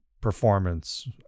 performance